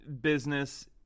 business